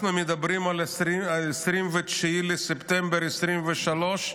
אנחנו מדברים על 29 בספטמבר 2023,